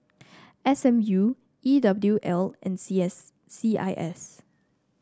S M U E W L and C S C I S